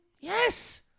Yes